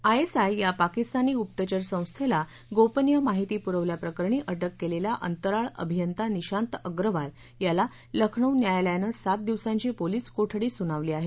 I S I या पाकिस्तानी गुप्तचर संस्थेला गोपनीय माहिती पुरवल्याप्रकरणी अटक केलेला अंतराळ अभियंता निशांत अग्रवाल याला लखनौ न्यायालयानं सात दिवसांची पोलीस कोठडी सुनावली आहे